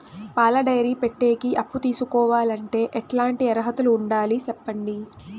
పాల డైరీ పెట్టేకి అప్పు తీసుకోవాలంటే ఎట్లాంటి అర్హతలు ఉండాలి సెప్పండి?